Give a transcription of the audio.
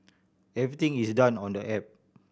everything is done on the app